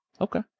Okay